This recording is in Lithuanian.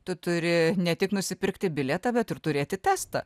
tu turi ne tik nusipirkti bilietą bet ir turėti testą